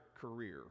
career